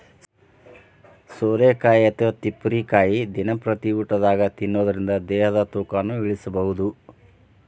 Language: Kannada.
ಸೋರೆಕಾಯಿ ಅಥವಾ ತಿಪ್ಪಿರಿಕಾಯಿ ದಿನಂಪ್ರತಿ ಊಟದಾಗ ತಿನ್ನೋದರಿಂದ ದೇಹದ ತೂಕನು ಇಳಿಸಬಹುದು